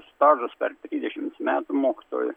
stažas per trisdešims metų mokytoju